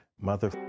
mother